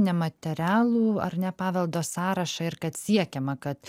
nematerialų ar ne paveldo sąrašą ir kad siekiama kad